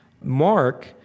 Mark